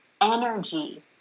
energy